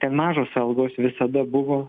ten mažos algos visada buvo